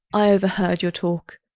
i overheard your talk.